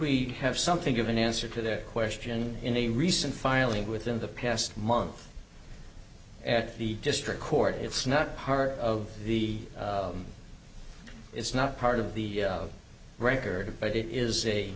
we have something of an answer to that question in a recent filing within the past month at the district court it's not part of the it's not part of the record but it is a